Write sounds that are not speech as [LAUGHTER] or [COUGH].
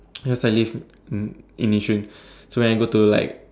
[NOISE] you know if I live in um in Yishun so when I go to like